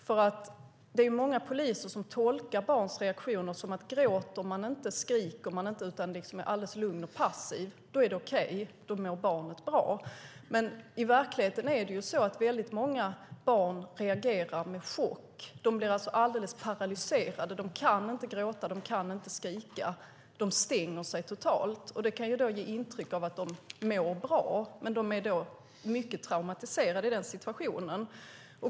Det är nämligen många poliser som tolkar barns reaktioner så att om barnet inte gråter eller skriker utan är alldeles lugnt och passivt, då är det okej. Då mår barnet bra. Men i verkligheten är det så att väldigt många barn reagerar med chock. De blir alldeles paralyserade. De kan inte gråta eller skrika. De stänger sig totalt, och det kan då ge intryck av att de mår bra, fast de är mycket traumatiserade i den situationen.